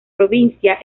provincia